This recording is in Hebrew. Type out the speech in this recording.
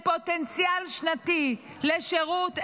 פוטנציאל שנתי לשירות אזרחי-לאומי,